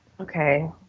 Okay